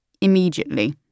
immediately